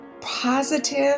positive